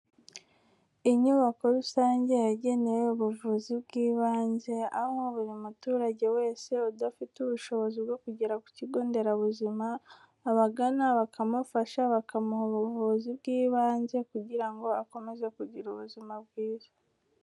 Inyubako rusange yagenewe ubuvuzi bw'ibanze, aho buri muturage wese udafite ubushobozi bwo kugera ku kigo nderabuzima, abagana bakamufasha, bakamuha ubuvuzi bw'ibanze kugira ngo akomeze kugira ubuzima bwiza.